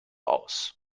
aus